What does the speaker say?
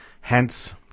Hence